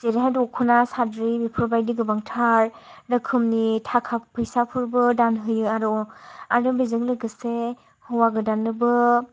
जेरैहाय दख'ना साद्रि बेफोर बादि गोबांथार रोखोमनि थाखा फैसाफोरबो दान होयो आरो अ आरो बेजों लोगोसे हौवा गोदाननोबो